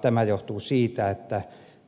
tämä johtuu siitä että